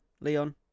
Leon